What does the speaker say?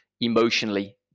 emotionally